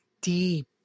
deep